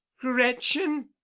gretchen